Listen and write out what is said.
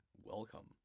Welcome